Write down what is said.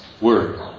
word